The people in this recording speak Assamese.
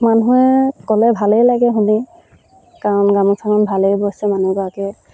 মানুহে ক'লে ভালেই লাগে শুনি কাৰণ গামোচাখন ভালেই বৈছে মানুহগৰাকীয়ে